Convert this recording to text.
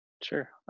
Sure